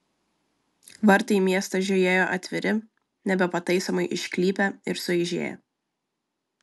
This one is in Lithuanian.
vartai į miestą žiojėjo atviri nebepataisomai išklypę ir sueižėję